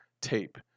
tape